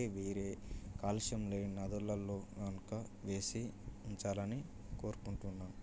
పట్టి వేరే కాలుష్యం లేని నదులల్లో కనుక వేసి ఉంచాలని కోరుకుంటున్నాను